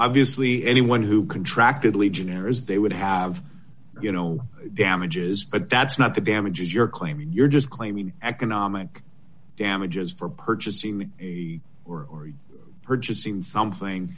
obviously anyone who contract could legionnaires they would have you know damages but that's not the damages you're claiming you're just claiming economic damages for purchasing or purchasing something